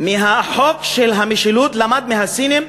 בחוק של המשילות למד מהסינים,